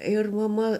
ir mama